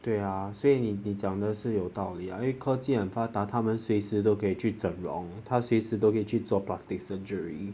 对呀所以你讲的是有道理啊一科技很发达他们随时都可以去整容他随时都可以去做 plastic surgery